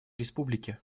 республики